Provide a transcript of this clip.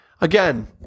Again